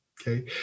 Okay